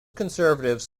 conservatives